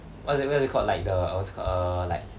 what's it what's it called like the uh what's it uh like